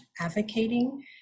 advocating